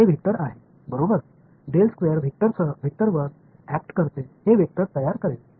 हे वेक्टर आहे बरोबर वेक्टरवर ऍक्ट करते हे वेक्टर तयार करेल